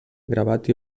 gravat